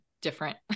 different